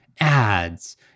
ads